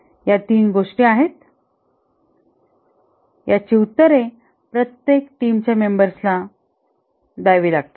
या 3 गोष्टी आहेत यांची उत्तरे प्रत्येक टीम च्या मेंबर्सला द्यावी लागतात